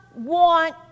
want